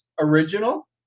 Original